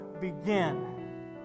begin